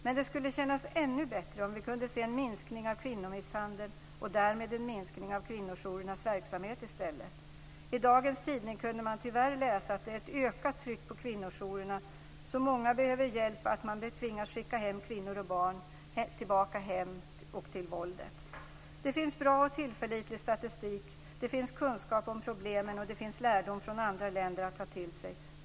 Men det skulle kännas ännu bättre om vi i stället kunde se en minskning av kvinnomisshandeln och därmed en minskning av kvinnojourernas verksamhet. I dagens tidning kunde jag tyvärr läsa att det är ett ökat tryck på kvinnojourerna. Så många behöver hjälp att man tvingas skicka kvinnor och barn tillbaka till hemmet och våldet. Det finns bra och tillförlitlig statistik. Det finns kunskap om problemen, och det finns lärdom från andra länder att ta till sig.